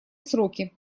сроки